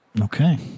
Okay